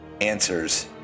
answers